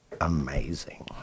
Amazing